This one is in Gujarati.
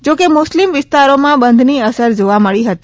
જો કે મુસ્લિમ વિસ્તારોમાં બંધની અસર જોવા મળી હતી